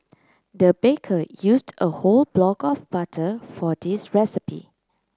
the baker used a whole block of butter for this recipe